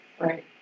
Right